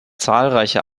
zahlreiche